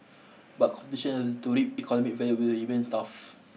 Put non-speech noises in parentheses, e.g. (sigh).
but (unintelligible) to reap economic value will remain tough